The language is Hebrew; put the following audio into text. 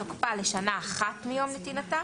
תוקפה לשנה אחת מיום נתינתה